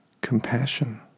compassion